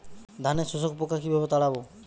ধানে শোষক পোকা কিভাবে তাড়াব?